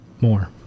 more